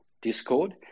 Discord